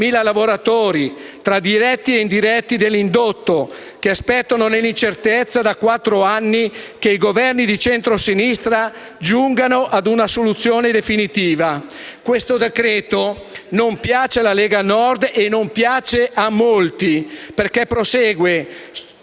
lavoratori, tra diretti e indiretti dell'indotto, che aspettano nell'incertezza da quattro anni che i Governi di centrosinistra giungano a una soluzione definitiva. Questo decreto-legge non piace alla Lega Nord e a molti altri perché prosegue